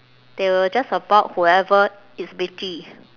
they will just support whoever is bitchy